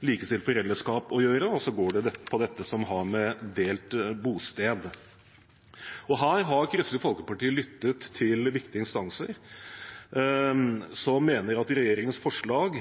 å gjøre med delt bosted. Her har Kristelig Folkeparti lyttet til viktige instanser som mener at regjeringens forslag